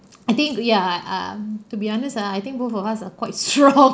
I think ya ah um to be honest ah I think both of us are quite strong